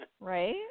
right